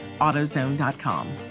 AutoZone.com